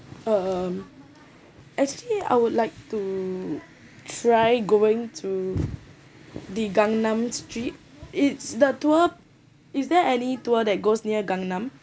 um actually I would like to try going to the gangnam street it's the tour is there any tour that goes near gangnam